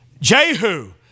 Jehu